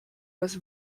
was